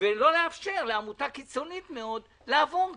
ולא לאפשר לעמותה קיצונית מאוד לעבור כאן.